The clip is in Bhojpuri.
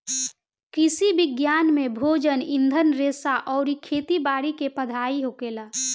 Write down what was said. कृषि विज्ञान में भोजन, ईंधन रेशा अउरी खेती बारी के पढ़ाई होखेला